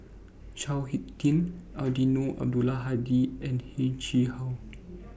Chao Hick Tin Eddino Abdul Hadi and Heng Chee How